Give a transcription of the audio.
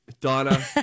donna